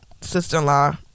sister-in-law